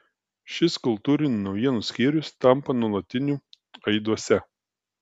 šis kultūrinių naujienų skyrius tampa nuolatiniu aiduose